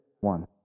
one